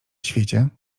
świecie